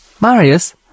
Marius